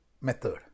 method